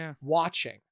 watching